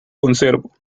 conservo